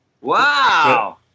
Wow